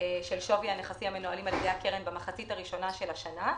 של שווי הנכסים המנוהלים על ידי הקרן במחצית הראשונה של השנה.